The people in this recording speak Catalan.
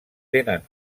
tenen